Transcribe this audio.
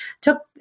took